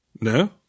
No